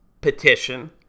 petition